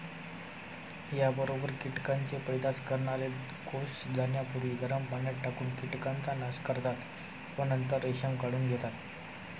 याबरोबर कीटकांचे पैदास करणारे कोष जाण्यापूर्वी गरम पाण्यात टाकून कीटकांचा नाश करतात व नंतर रेशीम काढून घेतात